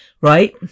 right